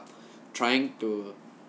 trying to